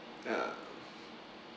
yeah